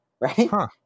right